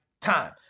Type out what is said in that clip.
time